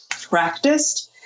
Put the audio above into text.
practiced